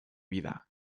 vida